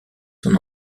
son